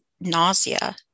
nausea